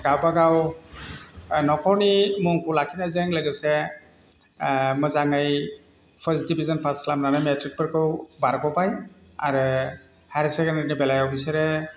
गावबागाव न'खरनि मुंखौ लाखिनायजों लोगोसे मोजाङै फार्स्ट डिभिजन पास खालामनानै मेट्रिकफोरखौ बारग'बाय आरो हायार सेकेन्डारिनि बेलायाव बिसोरो